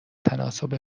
تناسب